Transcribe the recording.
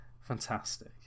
Fantastic